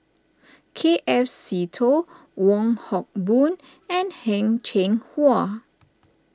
K F Seetoh Wong Hock Boon and Heng Cheng Hwa